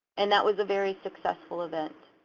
and that was a very successful event.